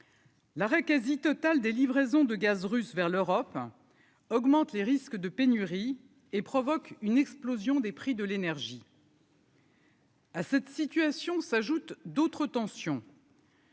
L'arrêt quasi-total des livraisons de gaz russe vers l'Europe, augmentent les risques de pénurie et provoque une explosion des prix de l'énergie. à cette situation s'ajoutent d'autres tensions.